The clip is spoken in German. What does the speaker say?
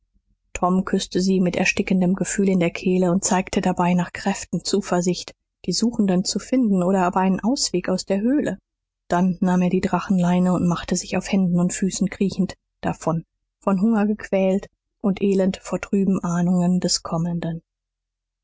tom küßte sie mit erstickendem gefühl in der kehle und zeigte dabei nach kräften zuversicht die suchenden zu finden oder aber einen ausweg aus der höhle dann nahm er die drachenleine und machte sich auf händen und füßen kriechend davon von hunger gequält und elend vor trüben ahnungen des kommenden